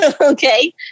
Okay